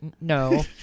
no